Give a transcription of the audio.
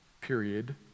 period